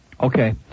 Okay